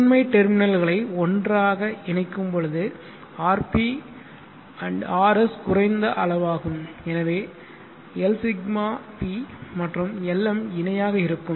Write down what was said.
முதன்மை டெர்மினல்களைக் ஒன்றாக இணைக்கும் பொழுது r p and rs குறைந்த அளவாகும் எனவே Lσp மற்றும் Lm இணையாக இருக்கும்